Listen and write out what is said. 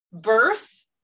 birth